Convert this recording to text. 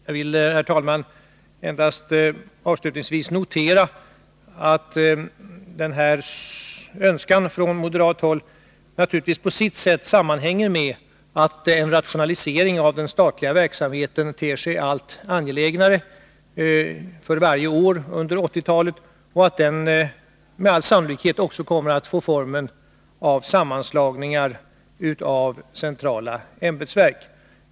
Jag vill, herr talman, avslutningsvis endast notera att denna önskan från moderat håll naturligtvis på sitt sätt sammanhänger med att en rationalisering av den statliga verksamheten ter sig allt angelägnare för varje år under 1980-talet och att den med all sannolikhet också kommer att få formen av sammanslagningar av centrala ämbetsverk.